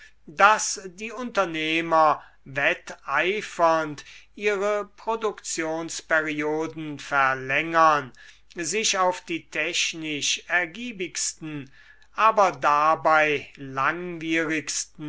daß die unternehmer wetteifernd ihre produktionsperioden verlängern sich auf die technisch ergiebigsten aber dabei